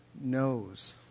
knows